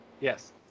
Yes